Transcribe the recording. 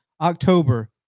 October